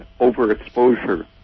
overexposure